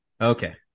Okay